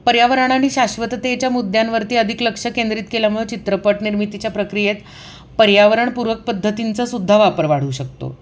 पर्यावरण आणि शाश्वततेच्या मुद्द्यांवरती अधिक लक्ष केंद्रित केल्यामुळे चित्रपट निर्मितीच्या प्रक्रियेत पर्यावरणपूर्वक पद्धतींचासुद्धा वापर वाढू शकतो